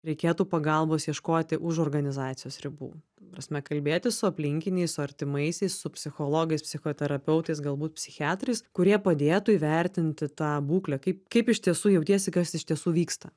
reikėtų pagalbos ieškoti už organizacijos ribų ta prasme kalbėtis su aplinkiniais su artimaisiais su psichologais psichoterapeutais galbūt psichiatrais kurie padėtų įvertinti tą būklę kaip kaip iš tiesų jautiesi kas iš tiesų vyksta